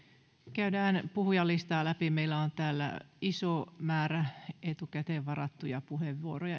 käydään puhujalistaa läpi meillä on täällä iso määrä etukäteen varattuja puheenvuoroja